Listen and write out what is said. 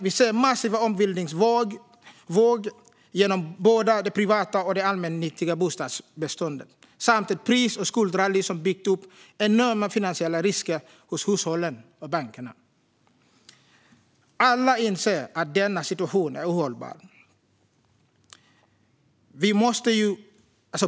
Vi ser en massiv ombildningsvåg inom både det privata och det allmännyttiga bostadsbeståndet samt ett pris och skuldrally som byggt upp enorma finansiella risker hos hushållen och bankerna. Alla inser att denna situation är ohållbar.